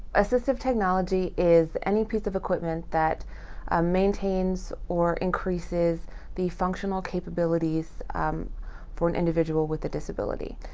assistive technology is any piece of equipment that maintains or increases the functional capabilities for an individual with a disability.